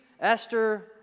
Esther